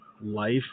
life